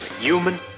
Human